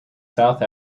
south